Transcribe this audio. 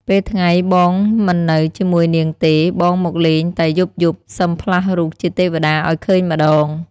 ពេលថ្ងៃបងមិននៅជាមួយនាងទេ បងមកលេងតែយប់ៗសឹមផ្លាស់រូបជាទេវតាឱ្យឃើញម្ដង។